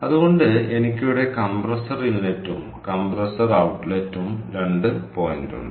അതുകൊണ്ട് എനിക്ക് ഇവിടെ കംപ്രസർ ഇൻലെറ്റും കംപ്രസർ ഔട്ട്ലെറ്റും 2 പോയിന്റുണ്ട്